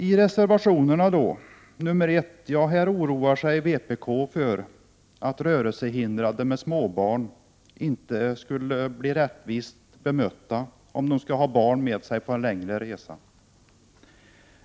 I reservation nr 1 oroar sig vpk-ledamoten för att rörelsehindrade med småbarn inte skulle bli rättvist bedömda i fall där de skall ha barn med sig på en längre resa.